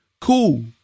Cool